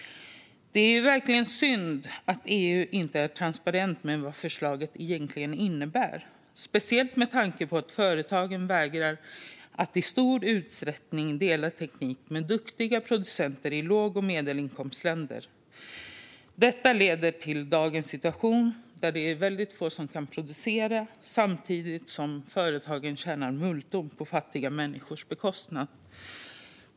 Det är verkligen synd att EU inte är transparent med vad förslaget egentligen innebär, speciellt med tanke på att företagen vägrar att i stor utsträckning dela teknik med duktiga producenter i låg och medelinkomstländer. Detta leder till dagens situation, där det är väldigt få som kan producera samtidigt som företagen tjänar multum på fattiga människors bekostnad.